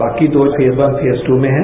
बाकी दो phase one phase two में है